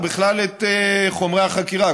בכלל את חומרי החקירה,